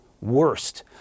worst